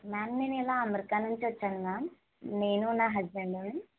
ma'am నేను ఇలా America నుండి వచ్చాను మ్యామ్ నేను నా హస్బెండ్